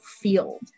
field